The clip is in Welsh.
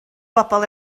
bobl